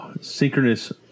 synchronous